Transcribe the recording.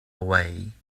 away